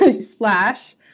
Splash